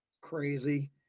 crazy